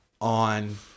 on